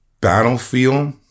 battlefield